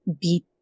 beat